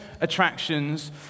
attractions